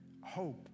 Hope